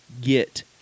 get